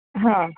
હા